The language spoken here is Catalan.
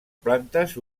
plantes